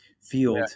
field